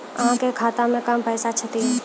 अहाँ के खाता मे कम पैसा छथिन?